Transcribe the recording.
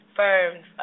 firms